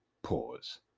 Pause